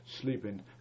Sleeping